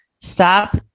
Stop